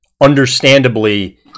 understandably